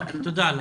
תודה לך.